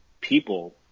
people